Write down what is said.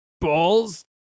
balls